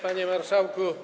Panie Marszałku!